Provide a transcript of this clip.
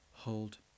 hold